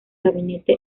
gabinete